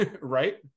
Right